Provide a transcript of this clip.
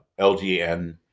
LGN